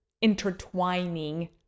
intertwining